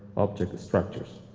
object structures.